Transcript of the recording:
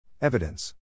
Evidence